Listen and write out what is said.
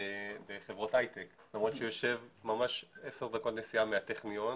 חברות היי-טק למרות שהוא יושב ממש 10 דקות נסיעה מהטכניון,